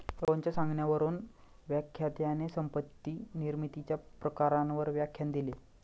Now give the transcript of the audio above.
रोहनच्या सांगण्यावरून व्याख्यात्याने संपत्ती निर्मितीच्या प्रकारांवर व्याख्यान दिले